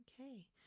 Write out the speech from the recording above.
Okay